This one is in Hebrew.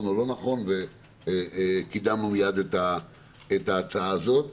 או לא נכון וקידמנו מיד את ההצעה הזאת.